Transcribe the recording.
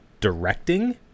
directing